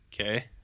Okay